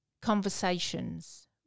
conversations